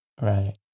Right